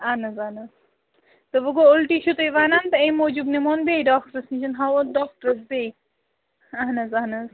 اَہَن حظ اَہَن حظ تہٕ وۅنۍ گوٚو اُلٹی چھُو تُہۍ وَنان تہٕ اَمہِ موٗجوٗب نِمون بیٚیہِ ڈاکٹرَس نِش ہاوہون ڈاکٹرس بیٚیہِ اَہَن حظ اَہَن حظ